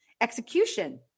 execution